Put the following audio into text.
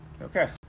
okay